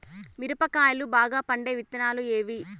మిరప కాయలు బాగా పండే విత్తనాలు ఏవి